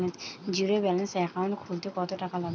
Zero balance account খুলতে কত টাকা লাগে?